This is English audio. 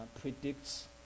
predicts